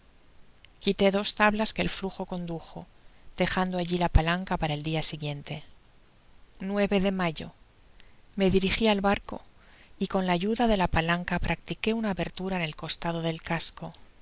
quitó dos tablas que el flujo condujo dejando alli la palanca para el dia siguiente nueve de mayo me dirigi al barco y on la ayuda de la palanca practiqué una abertura en el costado del casco